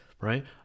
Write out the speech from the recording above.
right